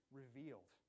revealed